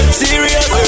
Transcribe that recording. serious